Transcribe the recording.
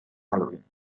halloween